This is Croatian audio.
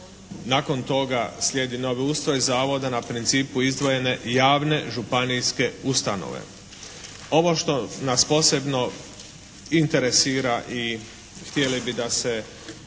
Nakon toga slijedi novi ustroj zavoda na principu izdvojene javne županijske ustanove. Ovo što nas posebno interesira i htjeli bi da se